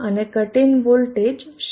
અને cut in voltage 0 છે